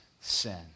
sin